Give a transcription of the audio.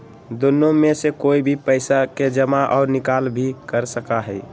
दुन्नो में से कोई भी पैसा के जमा और निकाल भी कर सका हई